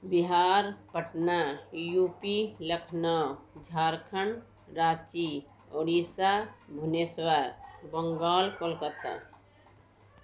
Bihar Patna U P Lucknow Jharkhand Ranchi Orissa Bhubaneswar Bengal Kolkata